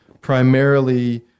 primarily